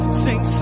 sing